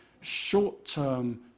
short-term